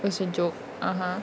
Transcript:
was a joke